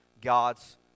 God's